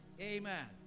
Amen